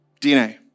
DNA